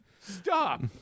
Stop